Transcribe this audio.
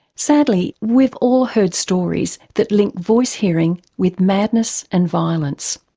sadly, we've all heard stories that link voice-hearing with madness and violence,